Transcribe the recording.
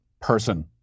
person